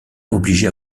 obligé